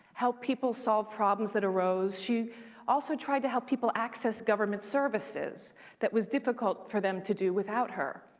help people solve problems that arose. she also tried to help people access government services that was difficult for them to do without her.